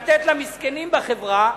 לתת למסכנים בחברה,